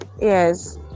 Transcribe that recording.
yes